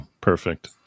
perfect